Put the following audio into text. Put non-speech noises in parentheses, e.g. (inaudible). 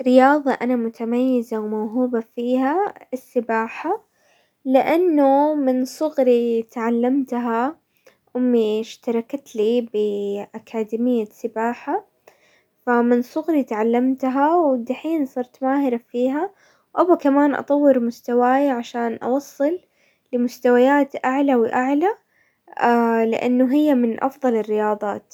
رياضة انا متميزة وموهوبة فيها السباحة لانه من صغري تعلمتها امي اشتركت لي باكاديمية سباحة، فمن صغري تعلمتها، ودحين صرت ماهرة فيها، وابغى كمان اطور مستواي عشان اوصل لمستويات اعلى واعلى، (hesitation) لانه هي من افضل الرياضات.